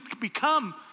become